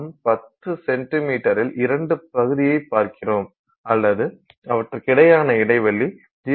நாம் 10 சென்டிமீட்டரில் இரண்டு பகுதியைப் பார்க்கிறோம் அல்லது அவற்றுக்கிடையேயான இடைவெளி 0